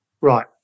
right